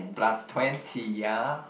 plus twenty ya